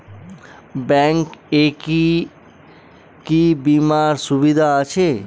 Bank এ কি কী বীমার সুবিধা আছে?